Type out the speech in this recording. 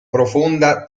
profonda